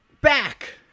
back